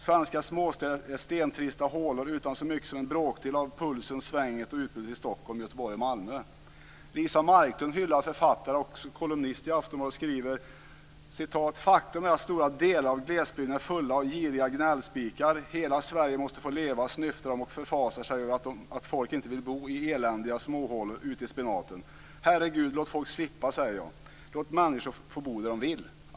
Svenska småstäder är stentrista hålor utan så mycket som en bråkdel av pulsen, svänget och utbudet i Stockholm, Göteborg och Malmö." Aftonbladet, skriver den 8 oktober: "Faktum är att stora delar av glesbygden är full av giriga gnällspikar. Hela Sverige måste få leva, snyftar de och förfasar sig över att folk inte vill bo i eländiga småhålor ute i spenaten. Herregud, låt folk slippa! Säger jag. Låt människorna bo där de vill!"